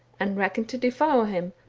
and reckoned to devour him,